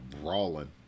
brawling